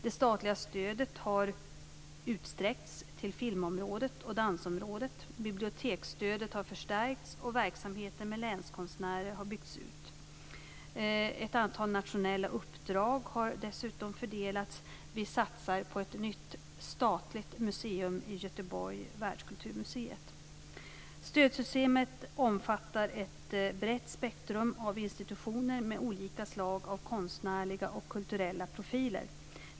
Det statliga stödet har utsträckts till filmområdet och dansområdet, biblioteksstödet har förstärkts, och verksamheten med länskonstnärer har byggts ut. Ett antal nationella uppdrag har dessutom fördelats. Vi satsar på ett nytt statligt museum i Göteborg, Världskulturmuseet. Stödsystemet omfattar ett brett spektrum av institutioner med olika slag av konstnärliga och kulturella profiler.